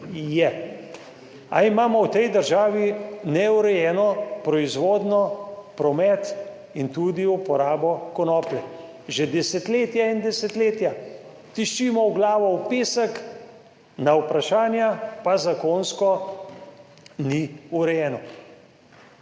Je. Ali imamo v tej državi neurejeno proizvodnjo, promet in tudi uporabo konoplje? Že desetletja in desetletja tiščimo glavo v pesek, na vprašanja pa zakonsko ni urejeno.